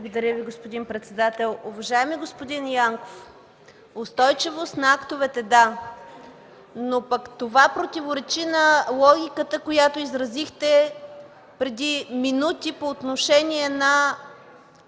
Благодаря Ви, господин председател. Уважаеми господин Янков, устойчивост на актовете – да, но пък това противоречи на логиката, която изразихте преди минути по отношение на